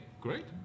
great